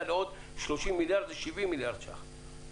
לעוד 30 מיליארד שקל זה 70 מיליארד שקל.